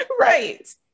Right